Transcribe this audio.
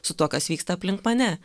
su tuo kas vyksta aplink mane